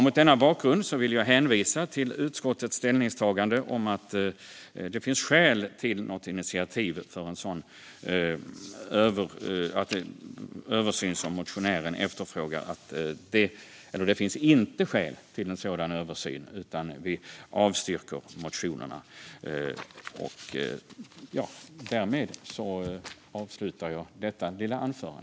Mot denna bakgrund vill jag hänvisa till utskottets ställningstagande att det inte finns skäl för initiativ till en sådan översyn som motionären efterfrågar. Vi avstyrker motionen.